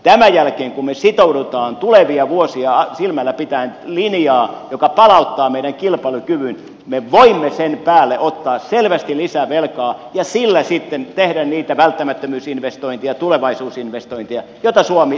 tämän jälkeen kun me sitoudumme tulevia vuosia silmällä pitäen linjaan joka palauttaa meidän kilpailukykymme me voimme sen päälle ottaa selvästi lisävelkaa ja sillä sitten tehdä niitä välttämättömyysinvestointeja tulevaisuusinvestointeja joita suomi selviytyäkseen tarvitsee